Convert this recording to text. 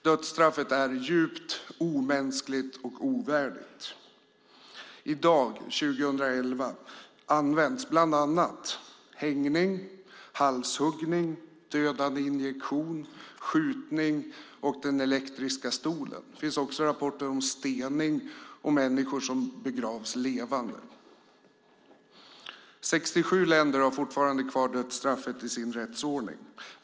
Dödsstraffet är djupt omänskligt och ovärdigt. I dag, 2011, används bland annat hängning, halshuggning, dödande injektion, skjutning och elektriska stolen. Det finns också rapporter om stening och att människor begravs levande. 67 länder har fortfarande kvar dödsstraffet i sin rättsordning.